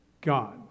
God